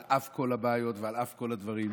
על אף כל הבעיות ועל אף כל הדברים,